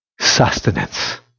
sustenance